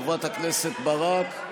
חברת הכנסת ברק,